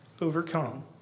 overcome